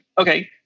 okay